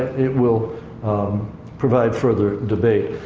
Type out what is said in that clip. it will provide further debate.